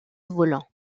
volant